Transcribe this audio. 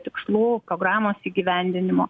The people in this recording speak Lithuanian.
tikslų programos įgyvendinimo